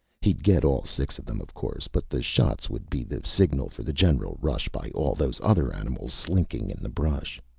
he'd get all six of them, of course, but the shots would be the signal for the general rush by all those other animals slinking in the brush.